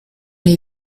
les